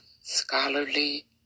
scholarly